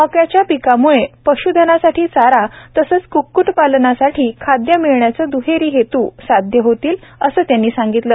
मक्याच्या पिकामुळे पशुधनासाठी चारा तसेच कृक्कृटपालनासाठी खादय मिळण्याचे दहेरी हेतू साध्य होतील असेही त्यांनी सांगितलं